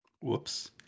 Whoops